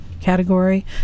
category